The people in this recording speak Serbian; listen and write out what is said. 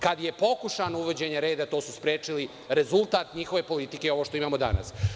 Kada je pokušano uvođenje reda to su sprečili rezultat njihove politike ovo što imamo danas.